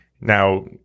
Now –